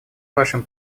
вашим